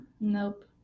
Nope